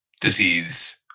disease